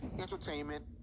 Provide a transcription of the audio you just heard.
entertainment